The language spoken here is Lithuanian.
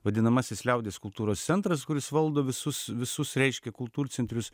vadinamasis liaudies kultūros centras kuris valdo visus visus reiškia kultūrcentrius